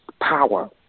power